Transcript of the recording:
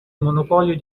monopolio